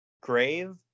grave